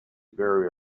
very